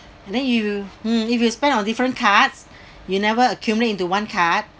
and then you hmm if you spend on different cards you never accumulate into one card